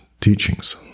teachings